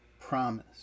promise